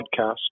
podcast